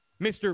Mr